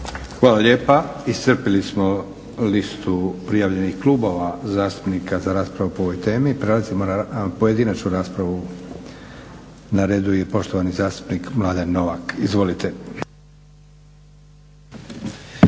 Hvala lijepa. Iscrpili smo listu prijavljenih klubova zastupnika za raspravu po ovoj temi. Prelazimo na pojedinačnu raspravu. Na redu je poštovani zastupnik Mladen Novak, izvolite.